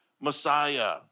Messiah